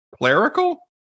Clerical